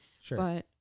Sure